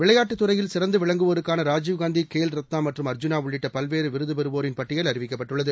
விளையாட்டுத் துறையில் சிறந்து விளங்குவோருக்கான ராஜீவ்காந்தி கேல் ரத்னா மற்றும் அர்ஜுனா உள்ளிட்ட பல்வேறு விருது பெறுவோரின் பட்டியல் அறிவிக்கப்பட்டுள்ளது